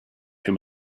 him